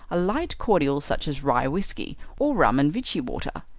a light cordial such as rye whiskey, or rum and vichy water.